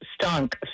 stunk